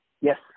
Yes